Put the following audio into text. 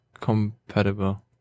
compatible